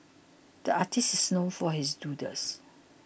the artists is known for his doodles